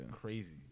crazy